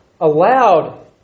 allowed